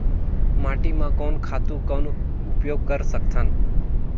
माटी म कोन खातु कौन उपयोग कर सकथन?